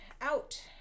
out